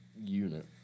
unit